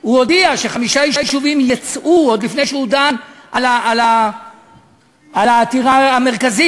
הוא הודיע שחמישה יישובים יצאו עוד לפני שהוא דן בעתירה המרכזית,